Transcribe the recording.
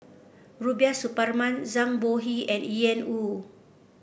Rubiah Suparman Zhang Bohe and Ian Woo